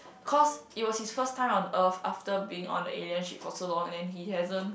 cause it was his first time on earth after being on a alien ship for so long and then he hasn't